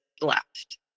left